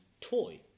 Toy